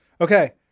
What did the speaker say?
Okay